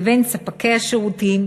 לבין ספקי השירותים,